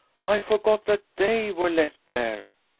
i forgot that they were left there.